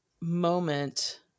moment